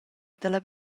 dalla